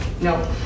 No